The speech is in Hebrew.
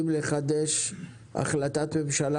ביחד עם האזור,